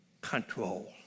control